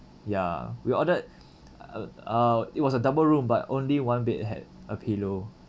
ya we ordered err it was a double room but only one bed had a pillow